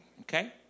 Okay